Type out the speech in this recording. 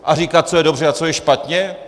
A říkat, co je dobře a co je špatně?